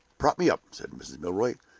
prop me up, said mrs. milroy.